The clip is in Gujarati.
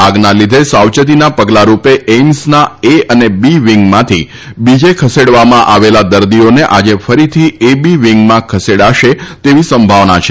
આગના લીધે સાવચેતીના પગલા રૂપે એઇમ્સના એ અને બી વીંગમાંથી બીજે ખસેડવામાં આવેલા દર્દીઓને આજે ફરીથી એ બી વીંગમાં ખસેડાશે તેવી સંભાવના છે